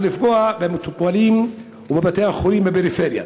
לפגוע במטופלים ובבתי-החולים בפריפריה.